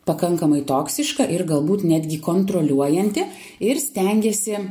pakankamai toksiška ir galbūt netgi kontroliuojanti ir stengiasi